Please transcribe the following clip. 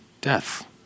death